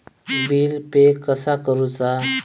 Bill pay कसा करुचा?